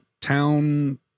town